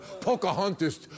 Pocahontas